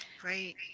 Great